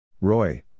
Roy